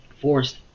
force